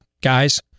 guys